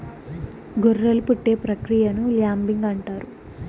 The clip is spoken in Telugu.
గొర్రెలు పుట్టే ప్రక్రియను ల్యాంబింగ్ అంటారు